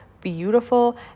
beautiful